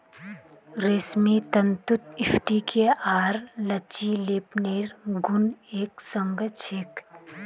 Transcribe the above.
रेशमी तंतुत स्फटिकीय आर लचीलेपनेर गुण एक संग ह छेक